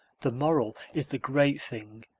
the moral is the great thing.